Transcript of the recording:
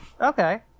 okay